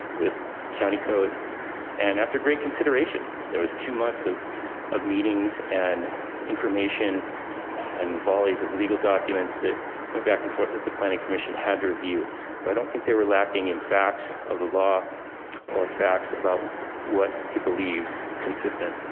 with county code and after great consideration, there was two months of of meetings and information and volleys of legal documents that went back and forth with the planning commission had to review. so i don't think they were lacking in facts of the law or facts about what they believed consistent.